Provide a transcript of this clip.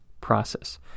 process